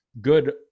good